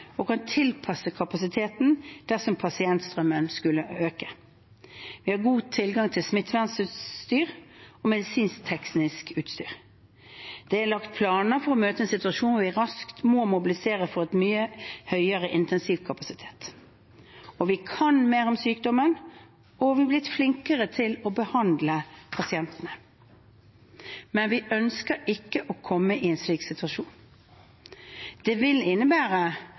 og kan tilpasse kapasiteten dersom pasientstrømmen skulle øke. Vi har god tilgang til smittevernutstyr og medisinsk-teknisk utstyr. Det er lagt planer for å møte en situasjon der vi raskt må mobilisere for en mye høyere intensivkapasitet. Og vi kan mer om sykdommen og er blitt flinkere til å behandle pasientene. Men vi ønsker ikke å komme i en slik situasjon. Det vil innebære